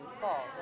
fall